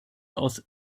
aus